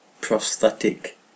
prosthetic